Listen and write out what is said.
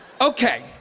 Okay